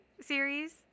series